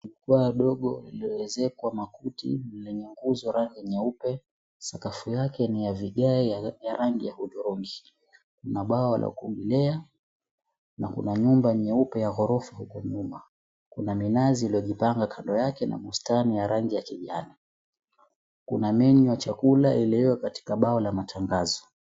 Jukwa dogo lililoezekwa makuti lenye nguzo rangi nyeupe, sakafu yake ni ya vigae ya rangi ya hudhurungi na bwawa la kuogelea na kuna nyumba nyeupe ya ghorofa huko nyuma kuna minazi iliyojipanga kando yake na bustani ya rangi ya kijani, kuna menu ya chakula iliyo katika bao la matangazo.